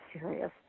serious